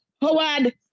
Howard